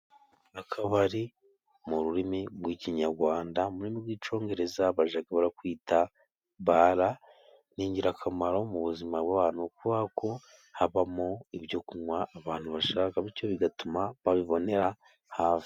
Akabari mu rurimi rw'ikinyarwanda mu rw'icyongereza bajya ba rwita bara ni ingirakamaro mu buzima bw'abantu, kuberako habamo ibyo kunywa abantu bashaka , bityo bigatuma babibonera hafi.